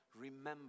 Remember